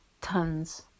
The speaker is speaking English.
tons